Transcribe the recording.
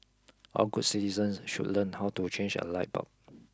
all good citizens should learn how to change a light bulb